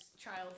child